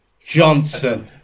Johnson